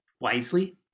wisely